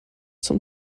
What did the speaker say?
zum